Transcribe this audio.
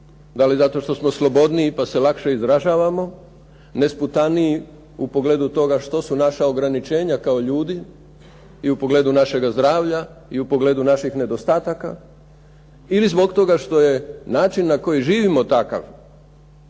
da li zato što smo slobodniji pa se lakše izražavamo, nesputaniji u pogledu toga što su naša ograničenja kao ljudi i u pogledu našega zdravlja i u pogledu naših nedostataka ili zbog toga što je način na koji živimo takav